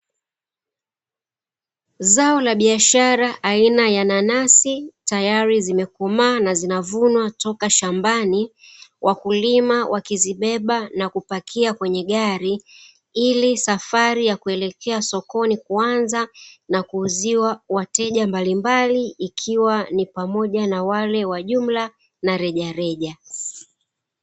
Zao la biashara aina ya nanasi tayari zimekomaa na zinavunwa toka shambani. Wakulima wakizibeba na kupakia kwenye gari ili safari ya kuelekea sokoni kuanza, na kuuziwa wateja mbalimbali, ikiwa ni pamoja na wale wa jumla na rejareja.